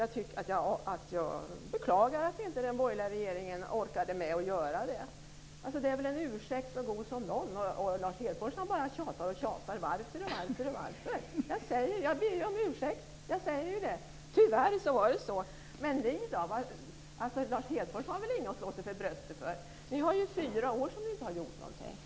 Jag har sagt att jag beklagar att den borgerliga regeringen inte orkade göra det. Det är väl en ursäkt så god som någon. Lars Hedfors bara tjatar: Varför och varför? Jag ber ju om ursäkt. Jag säger ju att det tyvärr var så. Men ni då, Lars Hedfors har väl inget att slå sig för bröstet för. Det har gått fyra år som ni inte har gjort någonting på.